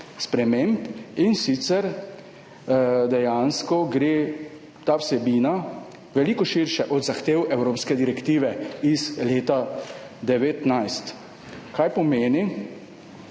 sprememb kar obširna. Dejansko gre ta vsebina veliko širše od zahtev evropske direktive iz leta 2019, kar pomeni,